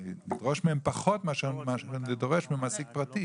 מהמל"ג פחות ממה שאני דורש ממעסיק פרטי?